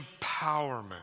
empowerment